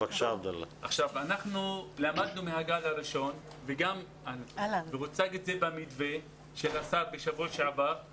אנחנו למדנו מהגל הראשון וזה גם הוצג בשבוע שעבר במתווה